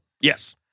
Yes